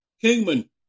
Kingman